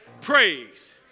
Praise